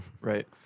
Right